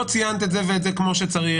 לא ציינת את זה ואת זה כמו שצריך,